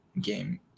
game